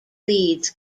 leads